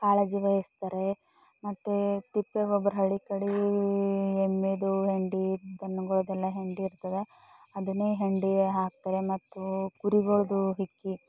ಕಾಳಜಿ ವಹಿಸ್ತಾರೆ ಮತ್ತು ತಿಪ್ಪೆ ಒಬ್ಬರು ಹಳ್ಳಿ ಕಡೆ ಎಮ್ಮೆದು ಹೆಂಡಿ ಇದನ್ನು ಹೆಂಡಿ ಇರ್ತದ ಅದನ್ನೇ ಹೆಂಡಿ ಹಾಕ್ತೇವೆ ಮತ್ತು ಕುರಿಗಳದ್ದು ಇಕ್ಕಿ